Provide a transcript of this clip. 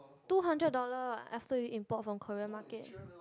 two hundred dollar [what] after you import from Korea market